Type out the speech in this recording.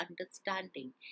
understanding